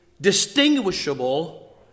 distinguishable